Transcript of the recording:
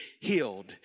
healed